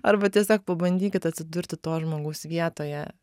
arba tiesiog pabandykit atsidurti to žmogaus vietoje